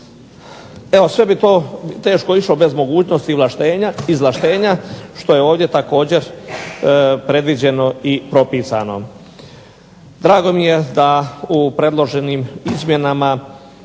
sve bi to teško išlo bez mogućnosti izvlaštenja što je ovdje također predviđeno i propisano. Drago mi je da u predloženim izmjenama